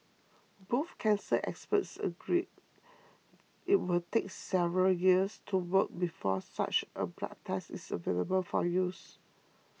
both cancer experts agree it will take several years to work before such a blood test is available for use